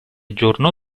giorno